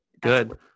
Good